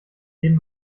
leben